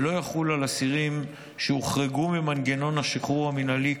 ולא יחול על אסירים שהוחרגו ממנגנון השחרור המינהלי.